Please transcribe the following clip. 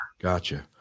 Gotcha